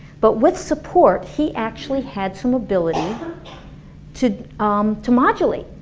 but with support, he actually had some ability to um to modulate.